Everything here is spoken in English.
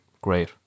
Great